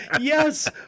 Yes